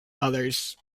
others